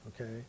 Okay